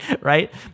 right